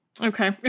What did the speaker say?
Okay